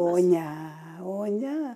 o ne o ne